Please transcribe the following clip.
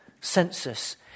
census